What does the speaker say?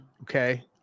Okay